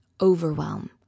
overwhelm